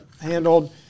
handled